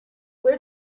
where